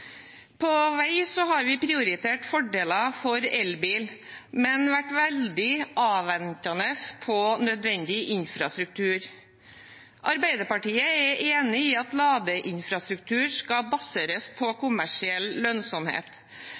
På vei har vi prioritert fordeler for elbil, men vært veldig avventende på nødvendig infrastruktur. Arbeiderpartiet er enig i at ladeinfrastruktur skal baseres på kommersiell lønnsomhet,